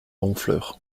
honfleur